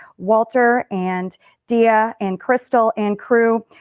walter, and dia and crystal and crew.